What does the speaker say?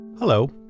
Hello